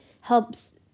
helps